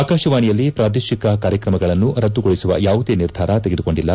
ಆಕಾಶವಾಣಿಯಲ್ಲಿ ಪ್ರಾದೇಶಿಕ ಕಾರ್ಯಕ್ರಮಗಳನ್ನು ರದ್ದುಗೊಳಿಸುವ ಯಾವುದೇ ನಿರ್ಧಾರ ಶೆಗೆದುಕೊಂಡಿಲ್ಲ